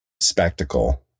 spectacle